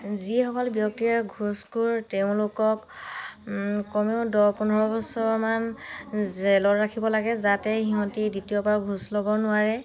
যিসকল ব্যক্তিয়ে ঘোচখোৰ তেওঁলোকক কমেও দহ পোন্ধৰ বছৰমান জেলত ৰাখিব লাগে যাতে সিহঁতি দ্বিতীয়বাৰ ঘোচ ল'ব নোৱাৰে